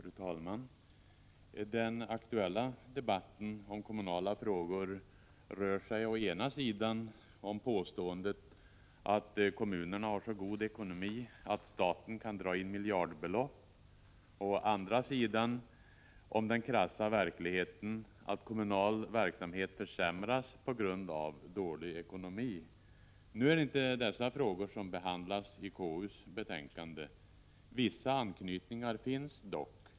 Fru talman! Den aktuella debatten om kommunala frågor rör sig å ena sidan om påståendet att kommunerna har så god ekonomi att staten kan dra in miljardbelopp och å andra sidan om den krassa verkligheten att kommunal verksamhet försämras på grund av dålig ekonomi. Nu är det inte dessa frågor som behandlas i KU:s betänkande. Vissa anknytningar finns dock.